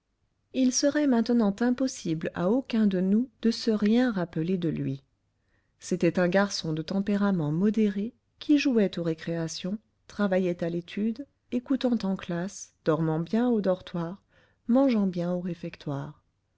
il serait maintenant impossible à aucun de nous de se rien rappeler de lui c'était un garçon de tempérament modéré qui jouait aux récréations travaillait à l'étude écoutant en classe dormant bien au dortoir mangeant bien au réfectoire